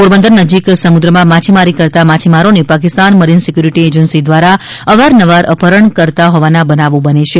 પોરબંદર નજીક સમુદ્રમાં માછીમારી કરતા માછીમારોને પાકિસ્તાન મરીન સીકયુરીટી એજન્સી દ્રારા અવારનવાર અપહરણ કરતા હોવાના બનાવો બને છે